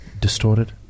distorted